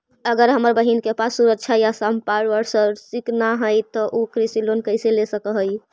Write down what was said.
अगर हमर बहिन के पास सुरक्षा या संपार्श्विक ना हई त उ कृषि लोन कईसे ले सक हई?